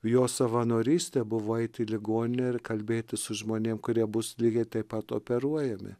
jo savanorystė buvo eit į ligoninę ir kalbėtis su žmonėm kurie bus lygiai taip pat operuojami